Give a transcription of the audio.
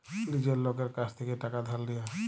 লীজের লকের কাছ থ্যাইকে টাকা ধার লিয়া